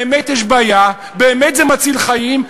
באמת יש בעיה ובאמת זה מציל חיים,